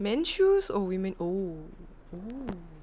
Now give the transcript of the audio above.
man shoes or women oo oo